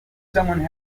someone